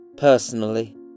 personally